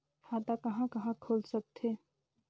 खाता कहा कहा खुल सकथे?